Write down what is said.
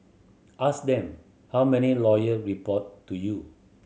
ask them how many lawyer report to you